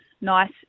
nice